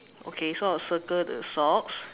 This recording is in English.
okay so I'll circle the socks